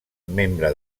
membre